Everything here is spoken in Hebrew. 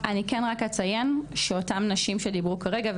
אני כן רק אציין שאותן נשים שדיברו כרגע,